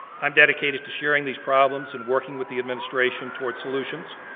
i'm dedicated to sharing these problems, and working with the administration toward solutions,